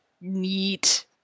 Neat